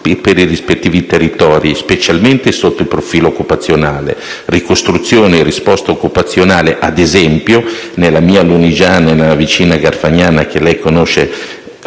per i rispettivi territori, specialmente sotto il profilo occupazionale. Ricostruzione e risposta occupazionale, ad esempio, nella mia Lunigiana e nella vicina Garfagnana - che lei,